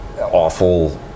Awful